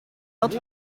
dat